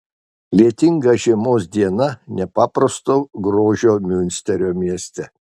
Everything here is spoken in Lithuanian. lietinga žiemos diena nepaprasto grožio miunsterio mieste